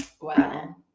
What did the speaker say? Wow